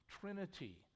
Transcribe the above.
trinity